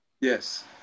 Yes